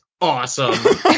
awesome